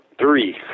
Three